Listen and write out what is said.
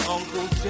Uncle